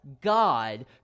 God